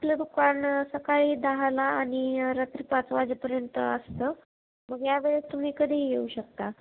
आपलं दुकान सकाळी दहाला आणि रात्री पाच वाजेपर्यंत असतं मग यावेळेस तुम्ही कधीही येऊ शकता